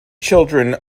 children